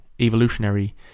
evolutionary